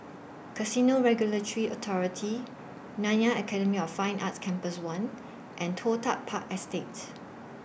Casino Regulatory Authority Nanyang Academy of Fine Arts Campus one and Toh Tuck Park Estate